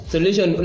Solution